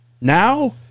Now